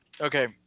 Okay